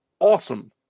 awesome